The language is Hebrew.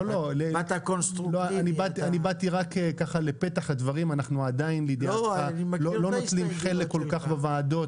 אני לא מתפלא שאין לך מושג כמה עולה לסטודנט לנסוע בתחבורה הציבורית,